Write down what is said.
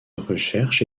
recherche